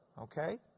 okay